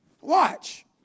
Watch